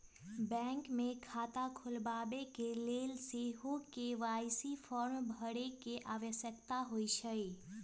bank मे खता खोलबाबेके लेल सेहो के.वाई.सी फॉर्म भरे के आवश्यकता होइ छै